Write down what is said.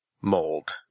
mold